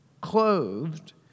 clothed